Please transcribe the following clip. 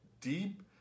deep